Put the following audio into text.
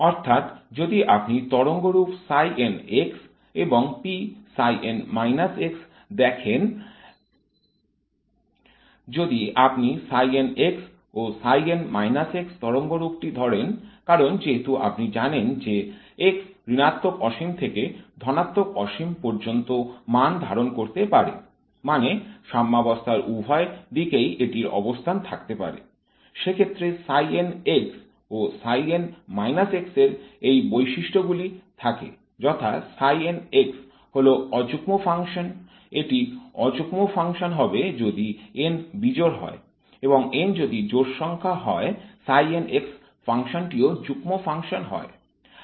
অর্থাৎ যদি আপনি তরঙ্গরূপ ψn এবং pψn দেখেন যদি আপনি ও তরঙ্গরূপ টি ধরেন কারণ যেহেতু আপনি জানেন যে x ঋণাত্মক অসীম থেকে ধনাত্মক অসীম পর্যন্ত মান ধারণ করতে পারে মানে সাম্যবস্থার উভয় দিকেই এটির অবস্থান থাকতে পারে সে ক্ষেত্রে ও এর এই বৈশিষ্ট্য গুলি থাকে যথা হল অযুগ্ম ফাংশন - এটি অযুগ্ম ফাংশন হবে যদি n বিজোড় হয় এবং যদি n জোড় সংখ্যা হয় ফাংশনটি ও যুগ্ম ফাংশন হয়